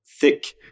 Thick